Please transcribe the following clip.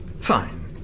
Fine